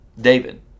David